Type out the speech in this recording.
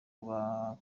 rwa